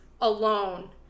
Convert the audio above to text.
alone